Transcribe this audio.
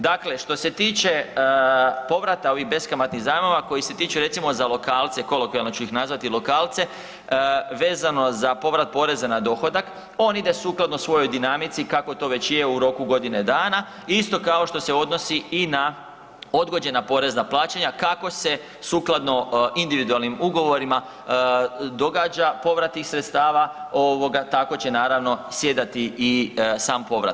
Dakle, što se tiče povrata ovih beskamatnih zajmova, koji se tiču recimo za lokalce, kolokvijalno ću ih nazvati lokalce, vezano za povrat poreza na dohodak, on ide sukladno svojoj dinamici kako to već je u roku godine dana, isto kao što se odnosi i na odgođena porezna plaćanja kako se sukladno individualnim ugovorima događa povrat tih sredstava ovoga tako će naravno sjedati i sam povrat.